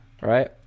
right